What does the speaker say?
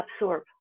absorb